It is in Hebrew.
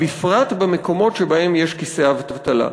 בפרט במקומות שבהם יש כיסי אבטלה.